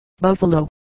Buffalo